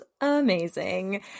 amazing